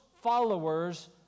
followers